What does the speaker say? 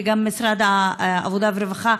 וגם משרד העבודה והרווחה,